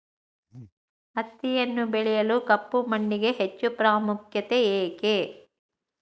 ಹತ್ತಿಯನ್ನು ಬೆಳೆಯಲು ಕಪ್ಪು ಮಣ್ಣಿಗೆ ಹೆಚ್ಚು ಪ್ರಾಮುಖ್ಯತೆ ಏಕೆ?